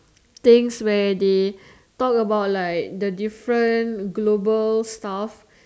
things where they talk about like the different global stuff